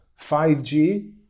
5G